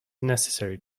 necessary